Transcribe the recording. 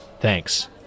Thanks